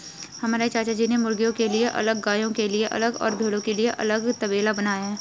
हमारे चाचाजी ने मुर्गियों के लिए अलग गायों के लिए अलग और भेड़ों के लिए अलग तबेला बनाया है